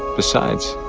besides,